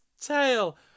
tail